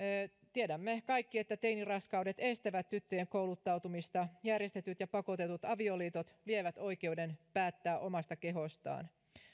tiedämme kaikki että teiniraskaudet estävät tyttöjen kouluttautumista järjestetyt ja pakotetut avioliitot vievät oikeuden päättää omasta kehostaan